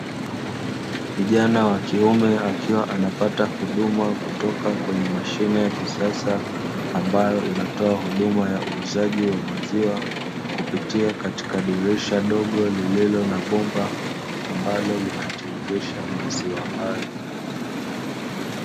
Kijana wa kiume akiwa anapata huduma kutoka kwenye mashine ya kisasa, ambayo inatoa huduma ya uuzaji wa maziwa, kupitia katika dirisha dogo lililo na bomba ambalo linatiririsha maziwa hayo.